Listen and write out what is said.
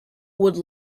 would